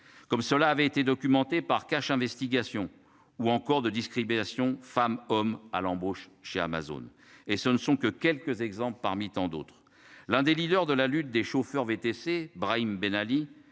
comme cela avait été documenté par Cash Investigation ou encore de discriminations femmes-hommes à l'embauche chez Amazon. Et ce ne sont que quelques exemples parmi tant d'autres, l'un des leaders de la lutte des chauffeurs VTC Brahim Ben Ali